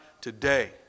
today